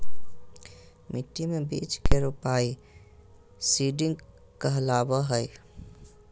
मिट्टी मे बीज के रोपाई सीडिंग कहलावय हय